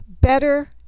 better